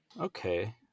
okay